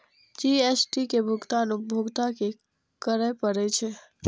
GST के भुगतान उपभोक्ता कें करय पड़ै छै